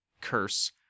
Curse